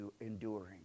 enduring